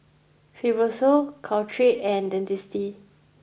Fibrosol Caltrate and Dentiste